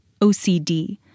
OCD